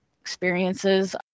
experiences